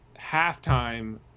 halftime